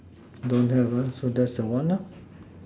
don't have ah so that's the one lor